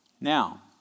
Now